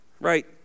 Right